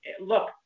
look